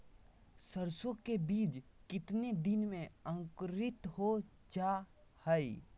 सरसो के बीज कितने दिन में अंकुरीत हो जा हाय?